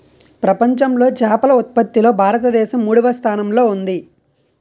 ప్రపంచంలో చేపల ఉత్పత్తిలో భారతదేశం మూడవ స్థానంలో ఉంది